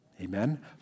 Amen